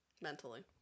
mentally